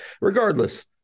regardless